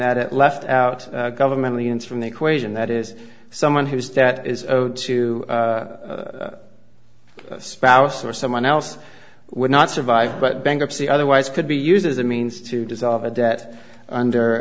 that it left out governmentally and from the equation that is someone who says that is owed to a spouse or someone else would not survive but bankruptcy otherwise could be used as a means to dissolve a debt under